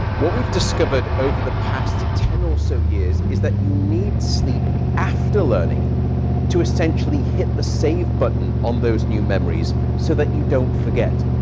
what we've discovered over the past ten or so years is that you need sleep after learning to essentially hit the save button on those new memories, so that you don't forget.